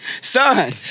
Son